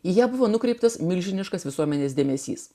jie buvo nukreiptas milžiniškas visuomenės dėmesys